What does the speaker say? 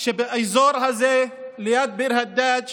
שבאזור הזה ליד ביר הדאג'